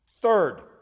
Third